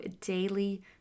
daily